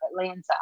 Atlanta